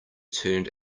turned